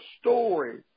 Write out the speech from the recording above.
story